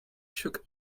sugar